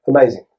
amazing